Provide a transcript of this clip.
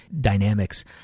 dynamics